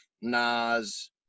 Nas